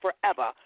forever